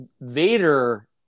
Vader